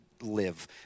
live